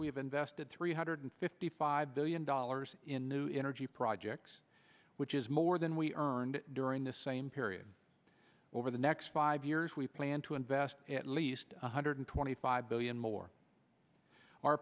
we have invested three hundred fifty five billion dollars in new energy projects which is more than we earned during this same period over the next five years we plan to invest at least one hundred twenty five billion more